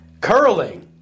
Curling